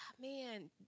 man